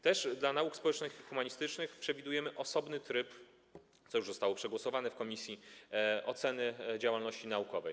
Też dla nauk społecznych i humanistycznych przewidujemy osobny tryb, co już zostało przegłosowane w komisji, oceny działalności naukowej.